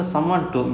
ya